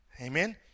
Amen